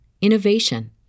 innovation